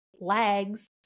legs